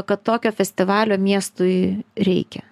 kad tokio festivalio miestui reikia